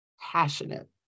passionate